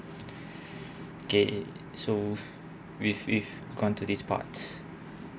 okay so with with gone to this part